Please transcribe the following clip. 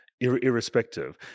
irrespective